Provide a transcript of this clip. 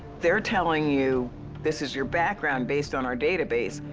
they're telling you this is your background based on our database.